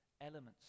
elements